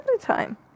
time